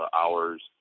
hours